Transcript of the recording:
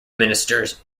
ministers